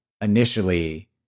initially